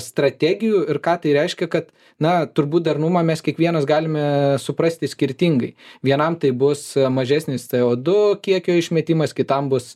strategijų ir ką tai reiškia kad na turbūt darnumą mes kiekvienas galime suprasti skirtingai vienam tai bus mažesnis co du kiekio išmetimas kitam bus